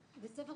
איתם.